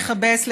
לכבס,